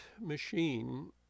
machine